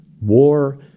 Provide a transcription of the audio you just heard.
war